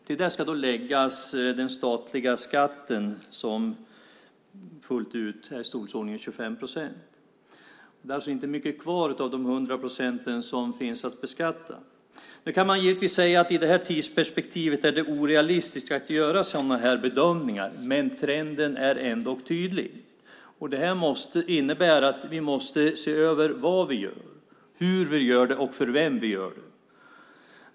Till det ska läggas den statliga skatten, som fullt ut är i storleksordningen 25 procent. Det finns alltså inte mycket kvar av de 100 procenten att beskatta. I det här tidsperspektivet är det orealistiskt att göra sådana bedömningar, men trenden är ändock tydlig. Det här innebär att vi måste se över vad vi gör, hur vi gör det och för vem vi gör det.